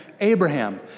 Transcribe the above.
Abraham